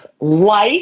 Life